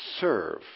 serve